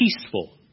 peaceful